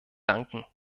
danken